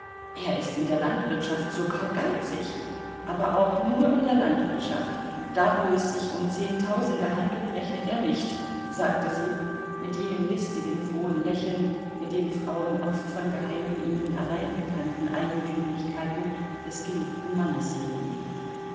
er ist in der landwirtschaft sogar geizig aber auch nur in der landwirtschaft da wo es sich um zehntausende handelt rechnet er nicht sagte sie mit jenem listigen frohen lächeln mit dem frauen oft von geheimen ihnen allein bekannten eigentümlichkeiten des geliebten mannes reden